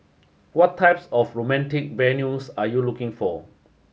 what types of romantic venues are you looking for